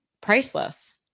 priceless